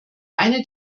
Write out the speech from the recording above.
eine